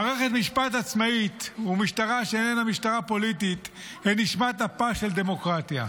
מערכת משפט עצמאית ומשטרה שאינה משטרה פוליטית הן נשמת אפה של דמוקרטיה.